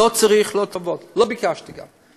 לא צריך טובות, לא ביקשתי גם.